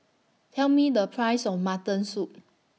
Tell Me The Price of Mutton Soup